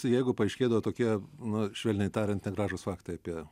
jeigu paaiškėdavo tokie na švelniai tariant negražūs faktai apie